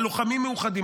הלוחמים מאוחדים,